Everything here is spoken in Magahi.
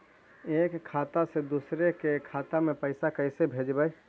एक खाता से दुसर के खाता में पैसा कैसे भेजबइ?